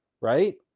right